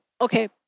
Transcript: okay